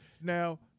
now